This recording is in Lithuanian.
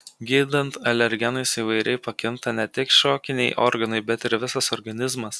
gydant alergenais įvairiai pakinta ne tik šokiniai organai bet ir visas organizmas